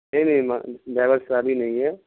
نہیں نہیں ڈرائیور شرابی نہیں ہے